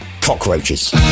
Cockroaches